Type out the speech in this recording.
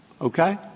okay